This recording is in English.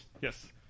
Yes